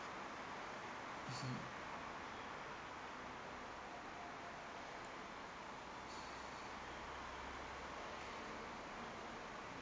mmhmm